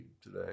today